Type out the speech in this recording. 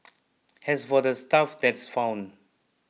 as for the stuff that's found